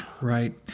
right